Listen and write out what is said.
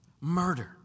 murder